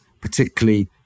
particularly